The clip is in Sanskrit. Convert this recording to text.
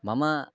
मम